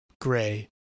gray